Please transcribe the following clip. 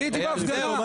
הייתי בהפגנה.